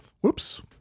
Whoops